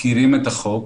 מכירים את החוק,